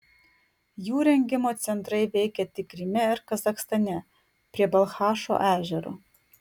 jų rengimo centrai veikė tik kryme ir kazachstane prie balchašo ežero